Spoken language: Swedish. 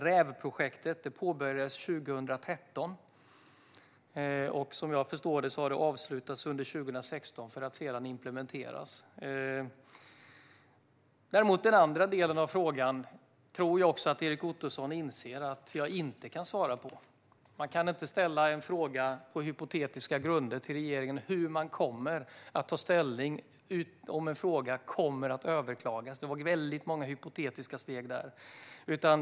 RÄV-projektet påbörjades 2013, och som jag förstår det avslutades det under 2016 för att sedan implementeras. Den andra delen av frågan tror jag att Erik Ottoson inser att jag inte kan svara på. Man kan inte ställa en fråga på hypotetiska grunder och vilja veta hur regeringen kommer att ta ställning om en fråga skulle överklagas. Det var väldigt många hypotetiska steg i den frågan.